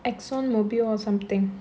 ExxonMobil or something